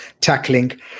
tackling